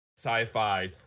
sci-fi